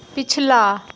पिछला